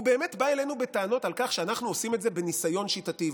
והוא באמת בא אלינו בטענות על כך שאנחנו עושים את זה בניסיון שיטתי.